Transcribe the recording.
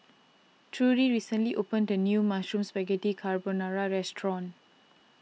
Trudi recently opened a new Mushroom Spaghetti Carbonara restaurant